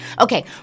okay